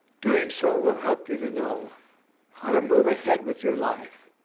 doing so will help you to know how to move ahead with your life,